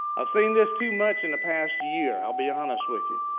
i've seen this too much in the past year. i'll be honest with you.